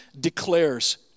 declares